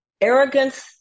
Arrogance